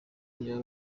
niba